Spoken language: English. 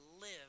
live